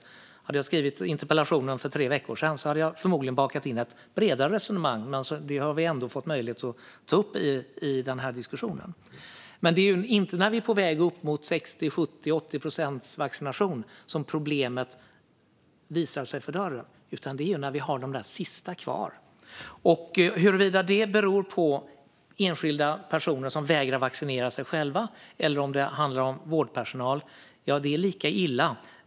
Om jag hade skrivit interpellationen för tre veckor sedan hade jag förmodligen bakat in ett bredare resonemang, men det har vi tagit upp i diskussionen. Det är inte när vi är på väg mot 60-, 70 eller 80-procentig vaccinationsnivå som problemet står för dörren, utan det är när vi har de där sista kvar. Oavsett om det beror på enskilda personer som vägrar att vaccinera sig eller om det handlar om vårdpersonal är det lika illa.